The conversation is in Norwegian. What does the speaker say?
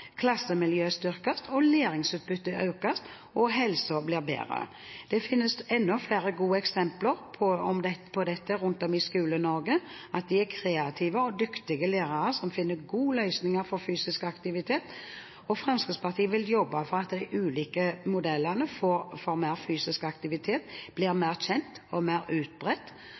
klassemiljøet styrkes, læringsutbyttet økes, og helsen blir bedre. Det finnes enda flere gode eksempler på at det rundt i Skole-Norge er kreative og dyktige lærere som finner gode løsninger for fysisk aktivitet, og Fremskrittspartiet vil jobbe for at de ulike modellene for mer fysisk aktivitet blir mer kjent og mer utbredt.